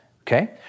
okay